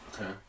okay